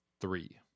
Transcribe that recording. three